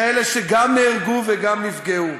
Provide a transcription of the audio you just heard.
כאלה שגם נהרגו וגם נפגעו.